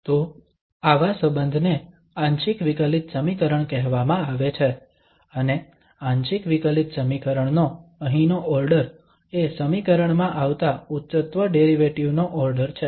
તો આવા સંબંધને આંશિક વિકલિત સમીકરણ કહેવામાં આવે છે અને આંશિક વિકલિત સમીકરણ નો અહીંનો ઓર્ડર એ સમીકરણમાં આવતાં ઉચ્ચત્વ ડેરિવેટિવ નો ઓર્ડર છે